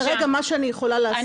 כרגע מה שאני יכולה לעשות זה --- אני